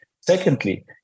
Secondly